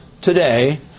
today